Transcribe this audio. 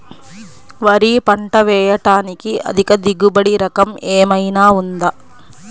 వరి పంట వేయటానికి అధిక దిగుబడి రకం ఏమయినా ఉందా?